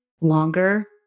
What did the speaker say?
longer